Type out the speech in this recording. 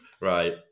Right